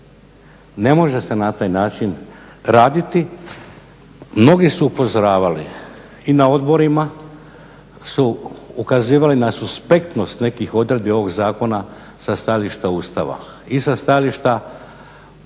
ne može se na taj način raditi. Mnogi su upozoravali, i na odborima su ukazivali na suspektnost nekih odredbi ovog zakona sa stajališta Ustava, i sa stajališta lokalne